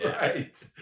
Right